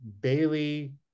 Bailey